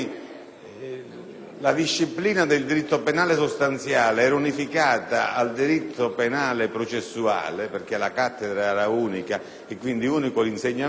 la disciplina del diritto penale sostanziale era unificata a quella del diritto penale processuale, perché la cattedra era unica e quindi unico l'insegnamento,